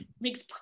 makes